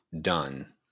done